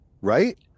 right